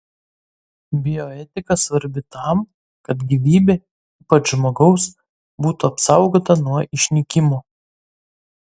bioetika svarbi tam kad gyvybė ypač žmogaus būtų apsaugota nuo išnykimo